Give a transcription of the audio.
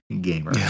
gamer